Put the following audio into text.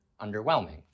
underwhelming